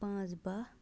پانٛژھ باہ